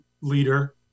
leader